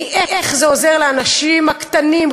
מאיך זה עוזר לאנשים הקטנים,